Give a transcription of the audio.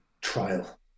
trial